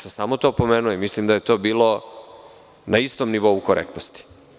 Samo sam to pomenuo i mislim da je to bilo na istom nivou korektnosti.